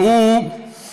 והוא